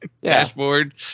dashboard